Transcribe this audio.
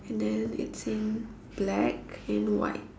and then it's in black and white